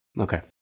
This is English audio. Okay